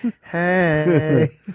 Hey